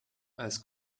als